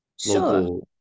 sure